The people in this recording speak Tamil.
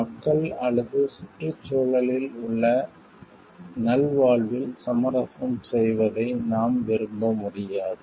மக்கள் அல்லது சுற்றுச்சூழலில் உள்ள நல்வாழ்வில் சமரசம் செய்வதை நாம் விரும்ப முடியாது